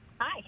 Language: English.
hi